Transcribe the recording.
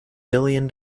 billion